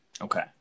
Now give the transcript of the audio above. okay